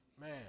Man